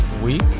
week